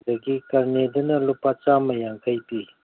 ꯑꯗꯒꯤ ꯛꯔꯅꯤꯗꯨꯅ ꯂꯨꯄꯥ ꯆꯥꯃ ꯌꯥꯡꯈꯩ ꯄꯤ